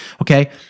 Okay